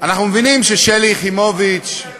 אנחנו מבינים ששלי יחימוביץ, תגיד להם נטו,